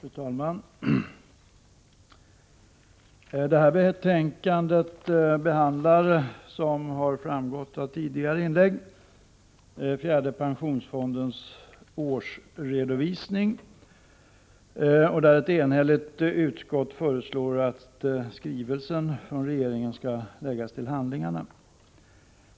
Fru talman! Det här betänkandet behandlar, som har framgått av tidigare inlägg, fjärde pensionsfondens årsredovisning. Ett enhälligt utskott föreslår att skrivelsen från regeringen skall läggas till handlingarna.